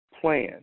plan